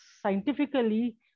scientifically